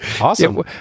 awesome